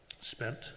spent